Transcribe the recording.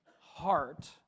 heart